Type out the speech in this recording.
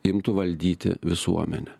imtų valdyti visuomenę